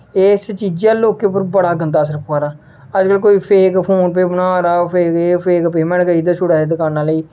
इस चीजा दा लोकें उप्पर बड़ा गंदा असर प'वा दा अज्ज कल कोई फेक फोनपे बना दा फेक फोन पेमेंट करा दा दकान आह्ले गी